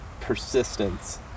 persistence